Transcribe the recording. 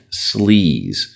sleaze